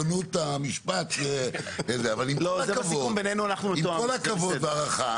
אבל עם כל הכבוד וההערכה,